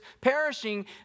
perishing